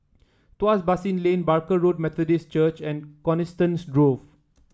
Tuas Basin Lane Barker Road Methodist Church and Coniston Grove